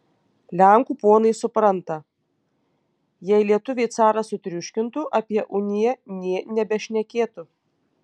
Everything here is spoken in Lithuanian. lenkų ponai supranta jei lietuviai carą sutriuškintų apie uniją nė nebešnekėtų